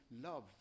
love